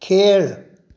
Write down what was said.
खेळ